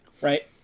right